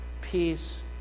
peace